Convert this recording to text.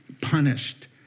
punished